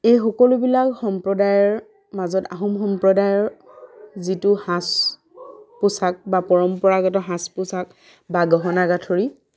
এই সকলোবিলাক সম্প্ৰদায়ৰ মাজত আহোম সম্প্ৰদায়ৰ যিটো সাজ পোচাক বা পৰম্পৰাগত সাজ পোচাক বা গহনা গাঁঠৰি